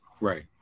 Right